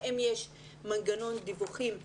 האם יש מנגנון דיווחים שמוסדר,